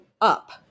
up